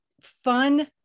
fun